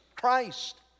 Christ